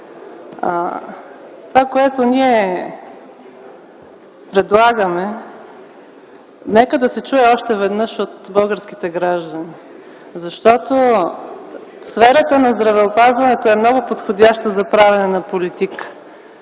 Това, което ние предлагаме, нека да се чуе още веднъж от българските граждани. Сферата на здравеопазването е много подходяща за правене на политика,